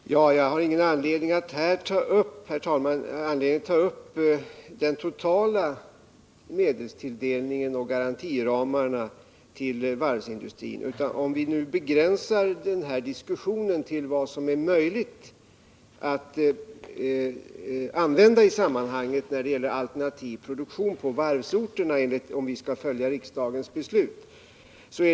Herr talman! Jag har ingen anledning att här ta upp en debatt om den totala medelstilldelningen till och garantiramarna för varvsindustrin utan begränsar diskussionen till vad som är möjligt att använda för alternativ produktion på varvsorterna, om vi skall följa riksdagens beslut.